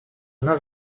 она